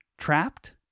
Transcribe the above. Trapped